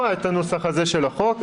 השר לא ראה את הנוסח הזה של החוק.